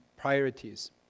priorities